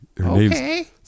Okay